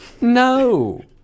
No